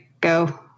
go